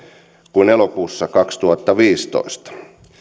kuin elokuussa kaksituhattaviisitoista